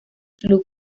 flujo